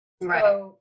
Right